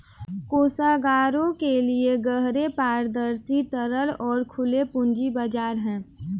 कोषागारों के लिए गहरे, पारदर्शी, तरल और खुले पूंजी बाजार हैं